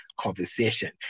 conversation